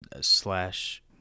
slash